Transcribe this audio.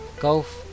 golf